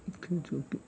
मुख्य जो कि